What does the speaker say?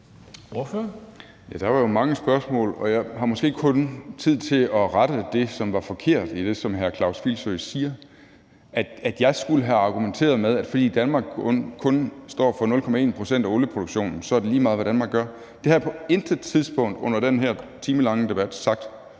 Der var jo mange spørgsmål, og jeg har måske kun tid til at rette det, som var forkert i det, som hr. Karsten Filsø siger, altså at jeg skulle have argumenteret med, at fordi Danmark kun står for 0,1 pct. af olieproduktionen, så er det lige meget, hvad Danmark gør. Det har jeg på intet tidspunkt under den her timelange debat sagt.